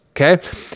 Okay